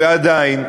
ועדיין,